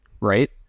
right